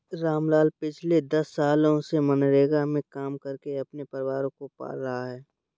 रामलाल पिछले दस सालों से मनरेगा में काम करके अपने परिवार को पाल रहा है